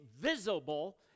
visible